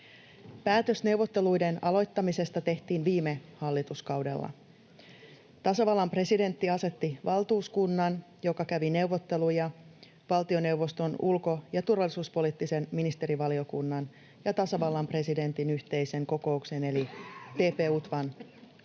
Päätös neuvotteluiden aloittamisesta tehtiin viime hallituskaudella. Tasavallan presidentti asetti valtuuskunnan, joka kävi neuvotteluja valtioneuvoston ulko- ja turvallisuuspoliittisen ministerivaliokunnan ja tasavallan presidentin yhteisen kokouksen eli TP-UTVAn